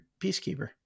peacekeeper